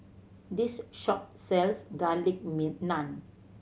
this shop sells garlic naan